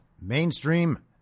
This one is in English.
mainstream